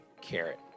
carrot